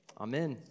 Amen